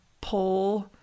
pull